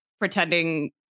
pretending